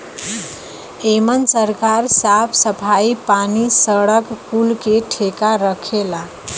एमन सरकार साफ सफाई, पानी, सड़क कुल के ठेका रखेला